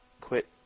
quit